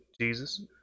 Jesus